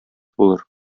булыр